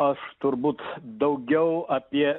aš turbūt daugiau apie